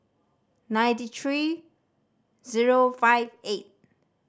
ninety three zero five eight